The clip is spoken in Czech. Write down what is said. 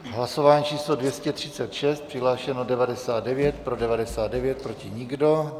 Hlasování číslo 236, přihlášeno 99, pro 99, proti nikdo.